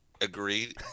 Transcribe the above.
Agreed